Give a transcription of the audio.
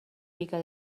mica